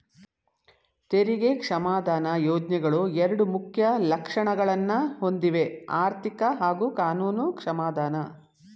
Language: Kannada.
ತೆರಿಗೆ ಕ್ಷಮಾದಾನ ಯೋಜ್ನೆಗಳು ಎರಡು ಮುಖ್ಯ ಲಕ್ಷಣಗಳನ್ನ ಹೊಂದಿವೆಆರ್ಥಿಕ ಹಾಗೂ ಕಾನೂನು ಕ್ಷಮಾದಾನ